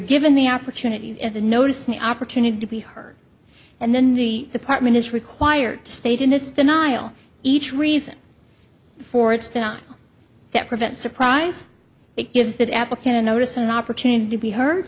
given the opportunity to notice the opportunity to be heard and then the department is required to state in its the nihil each reason for its not that prevent surprise it gives that applicant a notice an opportunity to be he